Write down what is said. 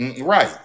right